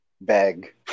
bag